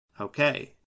Okay